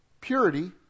purity